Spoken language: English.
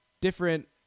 different